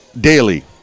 daily